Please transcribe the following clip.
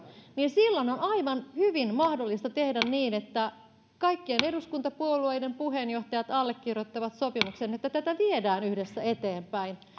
niin silloin on aivan hyvin mahdollista tehdä niin että kaikkien eduskuntapuolueiden puheenjohtajat allekirjoittavat sopimuksen että tätä viedään yhdessä eteenpäin